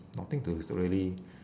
nothing to to really